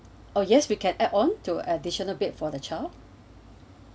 oh yes we can add on to additional bed for the child